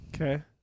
Okay